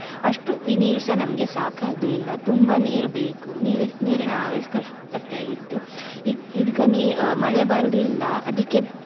ಅಷ್ಟು ನೀರು ಸಹ ನಮಗೆ ಸಾಕಾಗಲಿಲ್ಲ ತುಂಬ ನೀರು ಬೇಕು ನೀರಿನ ಅವಶ್ ಅವಶ್ಯಕತೆ ಇತ್ತು ಈಗ ಈ ಮಳೆ ಬರಲಿಲ್ಲ ಅದಕ್ಕೆ